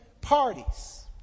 parties